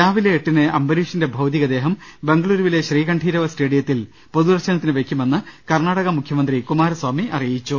രാവിലെ എട്ടിന് അംബരീഷിന്റെ ഭൌതികദേഹം ബംഗ ളൂരുവിലെ ശ്രീകണ്ഠീരവ സ്റ്റേഡിയത്തിൽ പൊതുദർശ നത്തിനു വെയ്ക്കുമെന്ന് കർണ്ണാടക മുഖ്യമന്ത്രി കുമാര സ്വാമി അറിയിച്ചു